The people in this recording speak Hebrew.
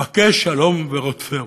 בקש שלום ורדפהו."